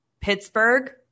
Pittsburgh